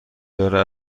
داره